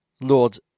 Lord